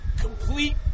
complete